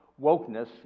wokeness